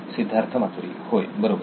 सिद्धार्थ मातुरी होय बरोबर